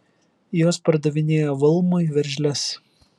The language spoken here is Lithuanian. jos padavinėja valmui veržles